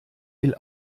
viel